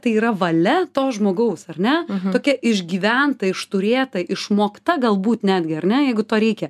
tai yra valia to žmogaus ar ne tokia išgyventa išturėta išmokta galbūt netgi ar ne jeigu to reikia